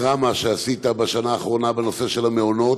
הדרמה שעשית בשנה האחרונה בנושא של המעונות,